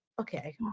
okay